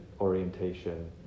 orientation